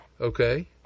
Okay